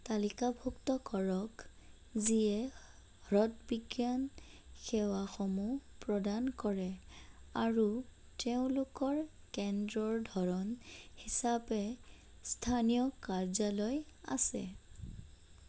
তালিকাভুক্ত কৰক যিয়ে হৃদ বিজ্ঞান সেৱাসমূহ প্ৰদান কৰে আৰু তেওঁলোকৰ কেন্দ্ৰৰ ধৰণ হিচাপে স্থানীয় কাৰ্যালয় আছে